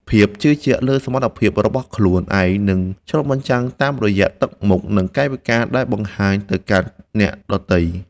ភាពជឿជាក់លើសមត្ថភាពរបស់ខ្លួនឯងនឹងឆ្លុះបញ្ចាំងតាមរយៈទឹកមុខ និង កាយវិការដែលបង្ហាញទៅកាន់អ្នកដទៃ។